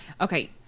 okay